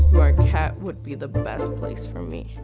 would be the best place for me.